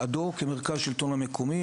כמרכז השלטון המקומי,